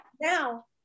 Now